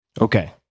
Okay